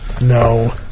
No